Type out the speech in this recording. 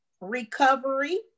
Recovery